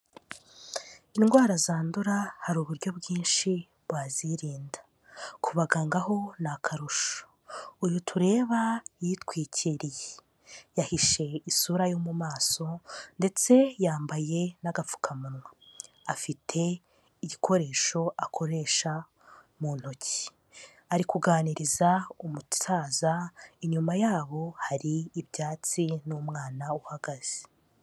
Indwara zandura hari uburyo bwinshi wazirinda, ku baganga ho ni akarusho, uyu tureba yitwikiriye, yahishe isura yo mu maso ndetse yambaye n'agapfukamunwa, afite igikoresho akoresha mu ntoki, ari kuganiriza umusaza, inyuma yabo hari ibyatsi n'umwana uhagaze.